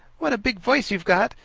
what a big voice you've got!